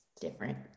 different